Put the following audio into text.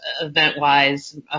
event-wise